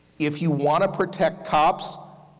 if you want to protect cops,